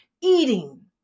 Eating